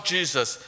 Jesus